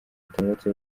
interineti